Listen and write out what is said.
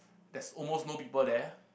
there's almost no people there